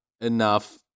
enough